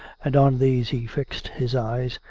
and on these he fixed his eyes,